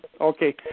Okay